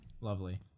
Lovely